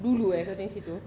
dulu eh kau tinggal situ